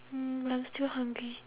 mm but I'm still hungry